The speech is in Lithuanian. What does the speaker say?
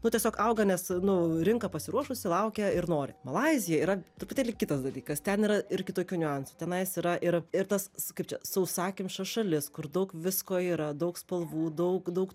nu tiesiog auga nes nu rinka pasiruošusi laukia ir nori malaizija yra truputėlį kitas dalykas ten yra ir kitokių niuansų tenais yra ir ir tas kaip čia sausakimša šalis kur daug visko yra daug spalvų daug daug